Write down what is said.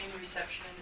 reception